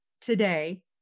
today